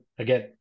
again